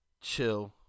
chill